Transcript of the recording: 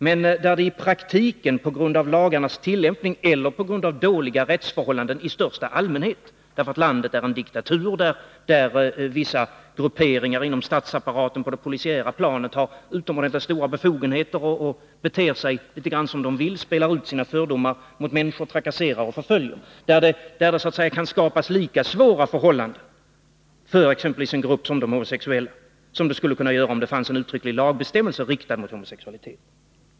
Men på grund av lagarnas tillämpning eller på grund av dåliga rättsförhållanden i största allmänhet — i t.ex. ett land som är en diktatur, där vissa grupperingar inom statsapparaten på det polisiära planet har utomordentligt stora befogenheter, beter sig litet som de vill, spelar ut sina fördomar mot människor, trakasserar dem och förföljer dem — kan det i praktiken skapas lika svåra förhållanden för exempelvis en grupp som de homosexuella som det skulle kunna bli, om det fanns en uttrycklig lagbestämmelse riktad mot homosexualitet.